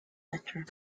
letter